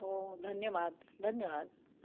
हो धन्यवाद धन्यवाद